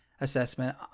assessment